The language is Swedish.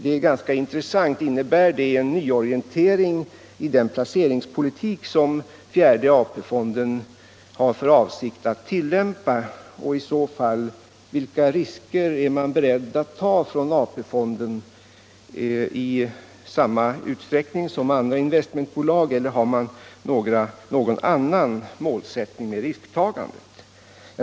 Det är ganska intressant. Innebär det en nyorientering i fjärde AP-fondens placeringspolitik, och vilka risker är man i så fall beredd att ta från AP-fondens sida? Är man villig att ta risker i samma utsträckning som andra investmentbolag eller har man någon annan målsättning med risktagandet?